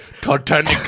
Titanic